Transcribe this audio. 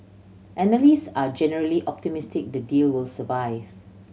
analysts are generally optimistic the deal will survive